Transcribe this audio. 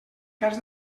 cas